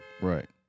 Right